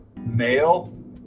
male